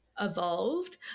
evolved